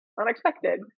Unexpected